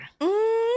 Mmm